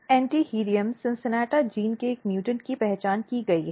Antirrhinum CINCINNATA gene के एक mutant की पहचान की गई है